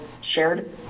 shared